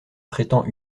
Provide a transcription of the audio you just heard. prétends